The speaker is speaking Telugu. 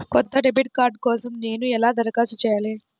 కొత్త డెబిట్ కార్డ్ కోసం నేను ఎలా దరఖాస్తు చేయాలి?